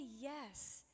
yes